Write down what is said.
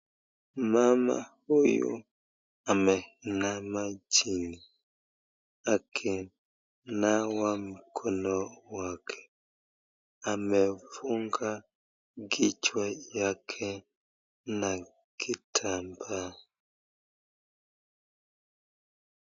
Mama huyu ameinama chini yake akinawa mkono wake. Amefunga kichwa yake na kitambaa.